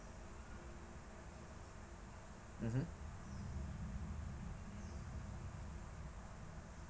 mmhmm